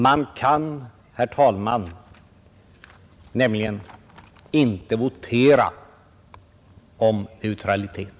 Man kan nämligen, herr talman, inte votera om neutralitet.